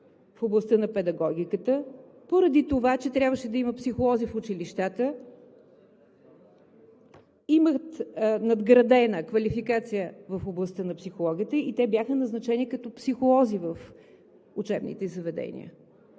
в областта на педагогиката, поради това че трябваше да има психолози в училищата, имат надградена квалификация в областта на психологията и те бяха назначени като психолози в учебните заведения.